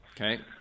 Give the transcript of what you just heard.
Okay